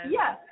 yes